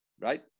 right